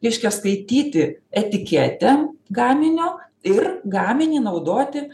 reiškia skaityti etiketę gaminio ir gaminį naudoti